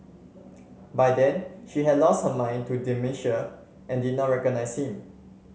by then she had lost her mind to dementia and did not recognise him